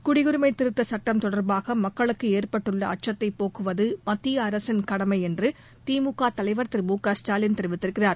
குடியுரிமை திருத்த சுட்டம் தொடர்பாக மக்களுக்கு ஏற்பட்டுள்ள அச்சத்தை போக்குவது மத்திய அரசின் கடமை என்று திமுக தலைவர் திரு மு க ஸ்டாலின் கூறியிருக்கிறார்